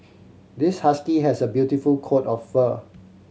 this husky has a beautiful coat of fur